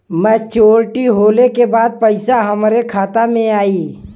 Maturity होले के बाद पैसा हमरे खाता में आई?